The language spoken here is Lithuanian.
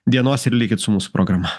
dienos ir likit su mūsų programa